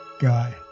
guy